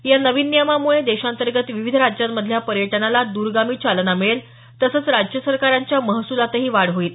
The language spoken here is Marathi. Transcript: या नवीन नियमांमुळे देशांतर्गत विविध राज्यांमधल्या पर्यटनाला द्रगामी चालना मिळेल तसंच राज्य सरकारांच्या महसुलातही वाढ होईल